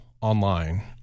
online